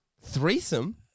threesome